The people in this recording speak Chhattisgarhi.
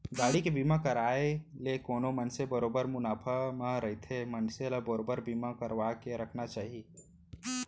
गाड़ी के बीमा करवाय ले कोनो मनसे बरोबर मुनाफा म रहिथे मनसे ल बरोबर बीमा करवाके रखना चाही